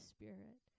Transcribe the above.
Spirit